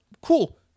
cool